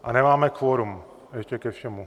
Ale nemáme kvorum ještě ke všemu.